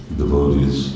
devotees